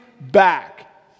back